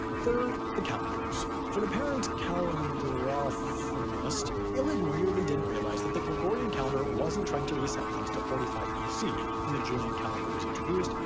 third, the calendars. for an apparent calendaropthamist, illig weirdly didn't realize that the gregorian calendar wasn't trying to reset things to forty five bc, when the julian calendar was introduced,